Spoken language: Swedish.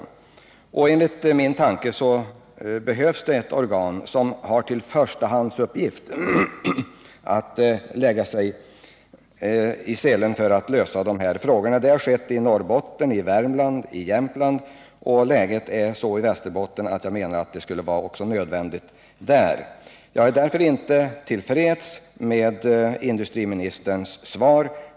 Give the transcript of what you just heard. Som jag ser det behövs ett organ som har till förstahandsuppgift att lägga sig i selen för att lösa de här problemen. Sådana organ har skapats i Norrbotten, Värmland och i Jämtland. Läget i Västerbotten är sådant att det är nödvändigt att så sker också där. Jag är således inte till freds med industriministerns svar.